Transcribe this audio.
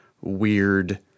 weird